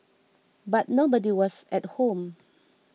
but nobody was at home